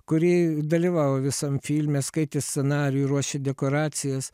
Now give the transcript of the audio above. kuri dalyvavo visam filme skaitę scenarijų ruošė dekoracijas